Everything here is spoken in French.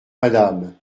madame